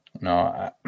No